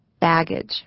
Baggage